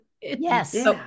Yes